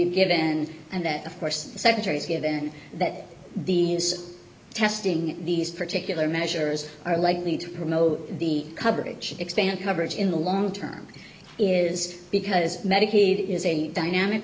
e given and that of course the secretary's given that the testing these particular measures are likely to promote the coverage expand coverage in the long term is because medicaid is a dynamic